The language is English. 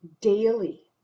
daily